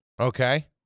Okay